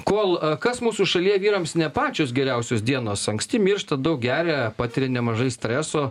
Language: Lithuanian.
kol kas mūsų šalyje vyrams ne pačios geriausios dienos anksti miršta daug geria patiria nemažai streso